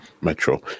Metro